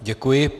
Děkuji.